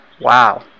Wow